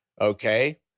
Okay